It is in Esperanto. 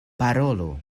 parolu